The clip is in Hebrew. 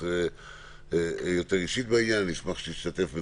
שיחה אישית יותר בעניין ואני אשמח שגם אתה תשתתף בזה.